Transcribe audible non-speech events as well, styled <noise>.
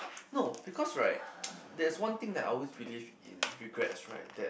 no because right <noise> there is one thing that I always believe in regrets right that